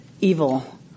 evil